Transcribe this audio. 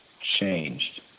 changed